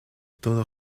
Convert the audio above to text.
todo